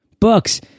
books